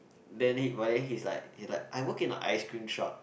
then he but then he's like he like I work in a ice cream truck